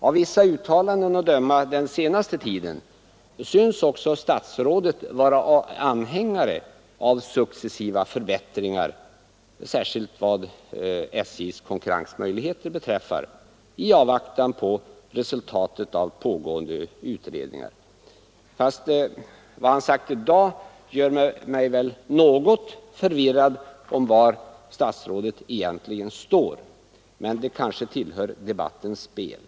Av vissa uttalanden under den senaste tiden att döma synes också statsrådet vara anhängare av successiva förbättringar — särskilt vad SJ:s konkurrensmöjligheter beträffar — i avvaktan på resultatet av pågående utredningar. Vad han sagt i dag gör mig emellertid något förvirrad när det gäller var statsrådet egentligen står — men det kanske tillhör debattens spelregler.